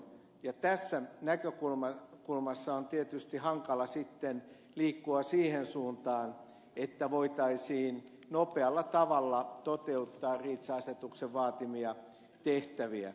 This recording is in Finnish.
ja tässä näkökulmassa on tietysti hankala sitten liikkua siihen suuntaan että voitaisiin nopealla tavalla toteuttaa reach asetuksen vaatimia tehtäviä